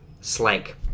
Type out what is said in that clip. Slank